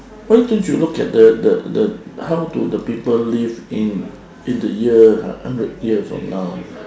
why don't you look at the the the how do the people live in in the year uh hundred year from now